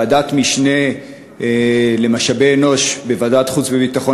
ועדת משנה למשאבי אנוש של ועדת החוץ והביטחון,